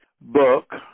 book